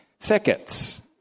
thickets